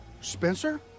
Spencer